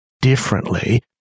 differently